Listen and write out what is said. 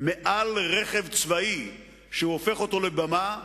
מעל רכב צבאי שהוא הופך אותו לבמה,